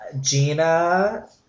Gina